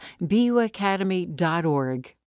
buacademy.org